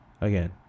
Again